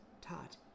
taught